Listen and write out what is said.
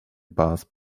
bath